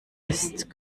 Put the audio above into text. ist